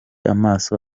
amaso